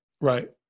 Right